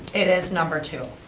it is number two.